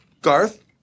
Garth